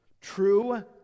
true